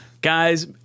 Guys